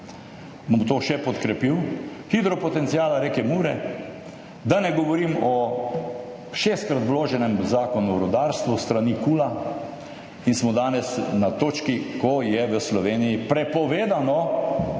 Bom to še podkrepil, hidropotencial reke Mure, da ne govorim o šestkrat vloženem Zakonu o rudarstvu s strani KUL, in smo danes na točki, ko je v Sloveniji prepovedano,